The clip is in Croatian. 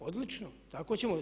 Odlično, tako ćemo.